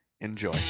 Enjoy